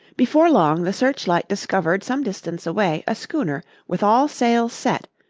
before long the searchlight discovered some distance away a schooner with all sails set,